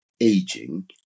aging